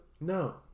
No